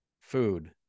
food